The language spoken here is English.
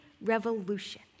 revolution